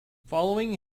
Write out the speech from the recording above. following